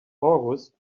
august